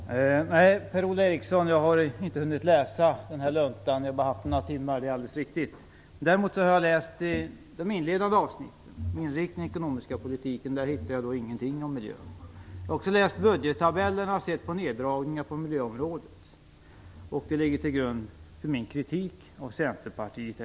Herr talman! Nej, Per-Ola Eriksson, det är alldeles riktigt att jag inte har hunnit läsa hela denna lunta. Jag har bara haft den några timmar. Däremot har jag läst de inledande avsnitten, inriktningen på den ekonomiska politiken. Där hittade jag ingenting om miljön. Jag har också läst budgettabellerna och sett neddragningarna på miljöområdet. Det ligger till grund för min kritik av Centerpartiet.